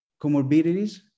Comorbidities